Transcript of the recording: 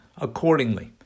accordingly